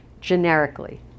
generically